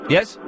Yes